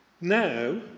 now